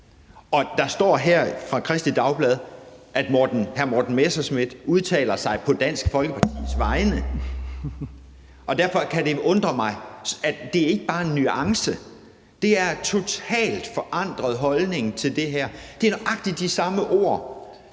Og der står her i Kristeligt Dagblad, at hr. Morten Messerschmidt udtaler sig på Dansk Folkepartis vegne, og derfor undrer det mig – det er ikke bare en nuance; det er en totalt forandret holdning til det her. Det er nøjagtig de samme ord.